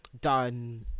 done